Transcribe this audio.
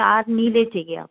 चार नीले चाहिए आपको